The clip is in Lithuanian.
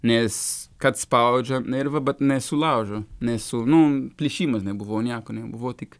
nes kad spaudžia nervą bet nesulaužo nes sunum plyšimas nebuvau nieko nebuvo tik